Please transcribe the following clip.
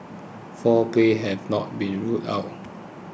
foul play has not been ruled out